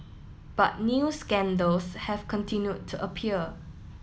but new scandals have continued to appear